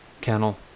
Kennel